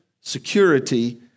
security